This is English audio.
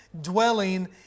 dwelling